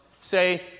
say